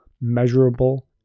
measurable